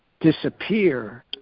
disappear